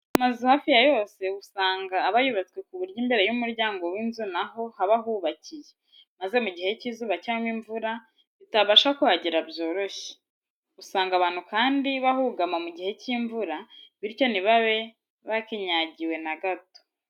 Amazu hafi ya yose usanga aba yubatswe ku buryo imbere y'umuryango w'inzu na ho haba hubakiye, maze mu gihe cy'izuba cyangwa imvura bitabasha kuhagera byoroshye. Usanga abantu kandi bahugama mu gihe cy'imvura, bityo ntibabe bakinyagiwe na gato.